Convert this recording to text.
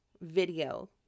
video